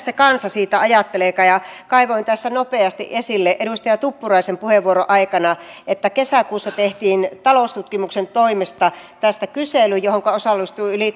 se kansa siitä ajatteleekaan ja kaivoin tässä nopeasti esille edustaja tuppuraisen puheenvuoron aikana että kesäkuussa tehtiin taloustutkimuksen toimesta tästä kysely johonka osallistui